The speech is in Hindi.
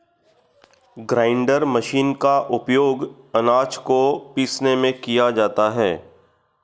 ग्राइण्डर मशीर का उपयोग आनाज को पीसने में किया जाता है